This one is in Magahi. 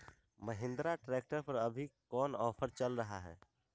महिंद्रा ट्रैक्टर पर अभी कोन ऑफर चल रहा है?